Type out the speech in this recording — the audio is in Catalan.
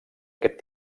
aquest